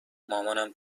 مامانم